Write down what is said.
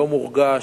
לא מורגש,